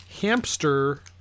hamster